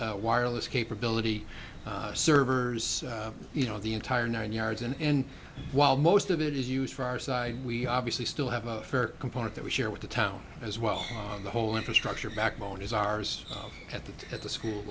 wireless capability servers you know the entire nine yards and while most of it is used for our side we obviously still have a fair component that we share with the town as well the whole infrastructure backbone is ours at the at the school